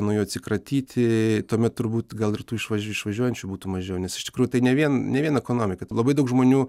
nuo jų atsikratyti tuomet turbūt gal ir tų išva išvažiuojančių būtų mažiau nes iš tikrųjų tai ne vien ne vien ekonomika labai daug žmonių